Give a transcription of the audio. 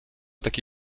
taki